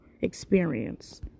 experience